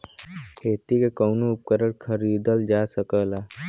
खेती के कउनो उपकरण खरीदल जा सकला